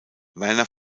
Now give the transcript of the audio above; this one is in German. werner